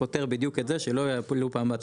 פותר בדיוק את זה שלא יעלו פעם הבאה את המחיר.